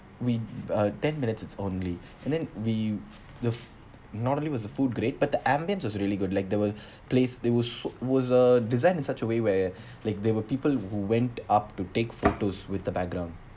with uh ten minutes only and then we the f~ normally was the food great but the ambience was really good like they will place there was so was uh designed in such a way where like there were people who went up to take photos with the background